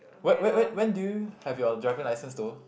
when when when when do you have your driving licence though